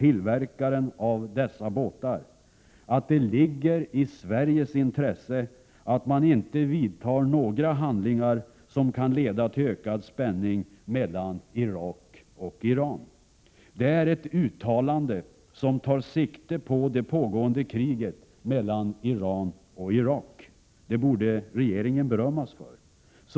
tillverkaren av dessa båtar att det ligger i Sveriges intresse att man inte vidtar några handlingar som kan leda till ökad spänning mellan Irak och Iran. Det är ett uttalande som tar sikte på det pågående kriget mellan Iran och Irak. Det borde regeringen berömmas för.